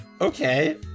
Okay